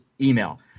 email